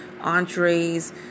entrees